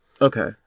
Okay